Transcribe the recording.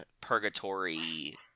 purgatory